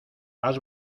has